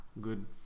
Good